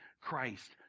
Christ